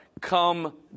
come